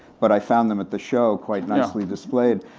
but i found them at the show, quite nicely displayed.